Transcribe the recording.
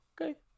Okay